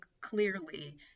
clearly